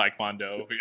taekwondo